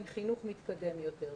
עם חינוך מתקדם יותר.